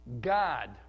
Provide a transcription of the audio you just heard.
God